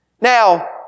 Now